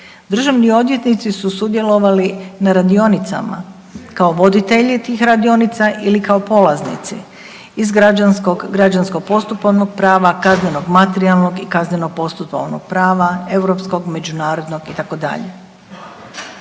Državni odvjetnici su sudjelovali na radionicama kao voditelji tih radionica ili kao polaznici iz građanskog, građansko postupovnog prava, kaznenog, materijalnog i kazneno postupovnog prava, europskog, međunarodnog itd.